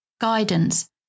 guidance